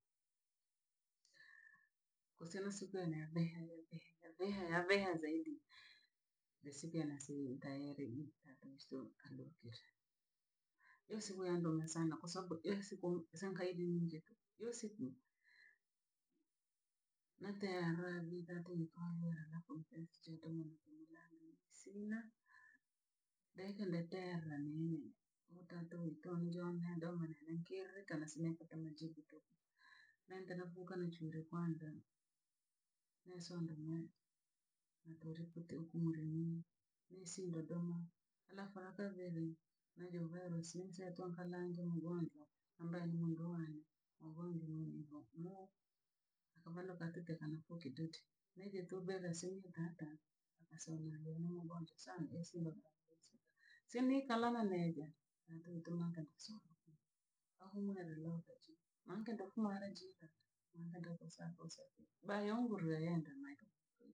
Kosina siku yane yaveha yaveha yaveha yaveha zaidi, je sike nasi ntaeire iyi tato iso alo kishe. Iyo siku yandoha sana kwa sababu iyo siku sankayodiwenjetu, iyo siku nateera vii taata nitue aluere sina, de kane teera vii oho da do ntonjonhe do wanankereka nasime kotama jihitoho nendena vukanjire kwanza. Nensonda mweendole ekute okumule niini. Ne esinda donho alafu akaliere merya obhebhe osinsentwa hananje mgonjwa ambaye ni ngoani obhondi bhondigo akomanokatuke kanokokituti nevetu veve vesinhii taata akasonya nomuu obonje sana enhe simba. Simri kalama mheja anhantonto akagusu ahomelelio gachi manke ntampulalejiga una bhayongurareyondra naiko isimi.